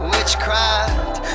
Witchcraft